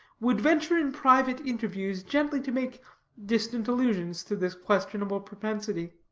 would venture in private interviews gently to make distant allusions to this questionable propensity.